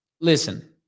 listen